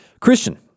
Christian